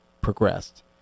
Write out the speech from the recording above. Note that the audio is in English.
progressed